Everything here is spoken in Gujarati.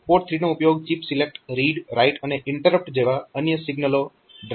પોર્ટ 3 નો ઉપયોગ ચિપ સિલેક્ટ રીડ રાઇટ અને ઇન્ટરપ્ટ જેવા અન્ય સિગ્નલો ડ્રાઇવ કરવા માટે કરવામાં આવ્યો છે